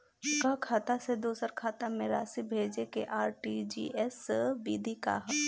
एकह खाता से दूसर खाता में राशि भेजेके आर.टी.जी.एस विधि का ह?